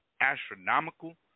astronomical